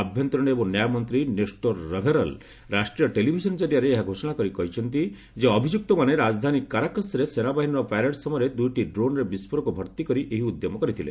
ଆଭ୍ୟନ୍ତରୀଣ ଏବଂ ନ୍ୟାୟମନ୍ତ୍ରୀ ନେଷ୍ଟୋର ରେଭେରଲ୍ ରାଷ୍ଟ୍ରୀୟ ଟେଲିଭିଜନ ଜରିଆରେ ଏହା ଘୋଷଣା କରି କହିଛନ୍ତି ଯେ ଅଭିଯୁକ୍ତମାନେ ରାଜଧାନୀ କାରାକସ୍ରେ ସେନାବାହିନୀର ପ୍ୟାରେଡ୍ ସମୟରେ ଦୁଇଟି ଡ୍ରୋନ୍ରେ ବିଷ୍କୋରକ ଭର୍ତ୍ତି କରି ଏହି ଉଦ୍ୟମ କରିଥିଲେ